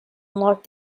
unlock